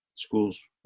Schools